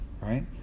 right